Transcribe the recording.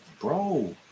bro